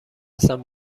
هستم